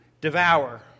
Devour